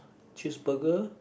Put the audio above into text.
cheese burger